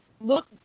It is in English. look